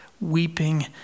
weeping